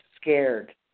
scared